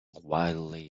wildly